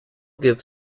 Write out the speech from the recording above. gives